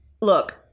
look